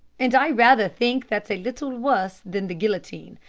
and i rather think that's a little worse than the guillotine.